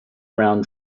around